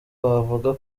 wavuga